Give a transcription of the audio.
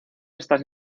estas